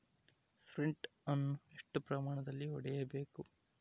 Sprint ಅನ್ನು ಎಷ್ಟು ಪ್ರಮಾಣದಲ್ಲಿ ಹೊಡೆಯಬೇಕು?